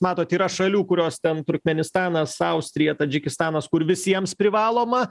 matot yra šalių kurios ten turkmėnistanas austrija tadžikistanas kur visiems privaloma